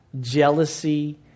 jealousy